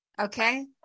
Okay